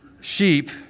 Sheep